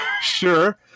Sure